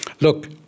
Look